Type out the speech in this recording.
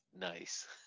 Nice